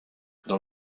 dans